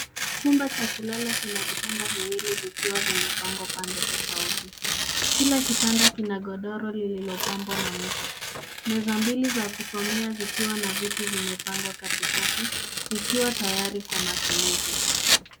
Chumba cha kulala kina vitanda viwili vikiwa vimepangwa pande tofauti. Kila kitanda kina godoro lililopambwa na mto. Meza mbili za kusomea zikiwa na viti zimepangwa kati kati ikiwa tayari kwa matumizi.